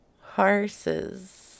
Horses